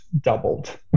doubled